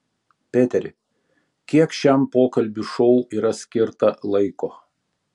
peteri kiek šiam pokalbių šou yra skirta laiko